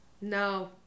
No